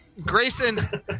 Grayson